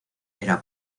era